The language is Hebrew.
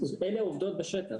אלה העובדות בשטח.